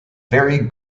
very